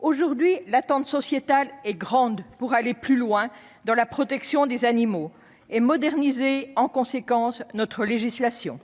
Aujourd'hui l'attente sociétale est grande pour aller plus loin dans la protection des animaux et moderniser en conséquence notre législation.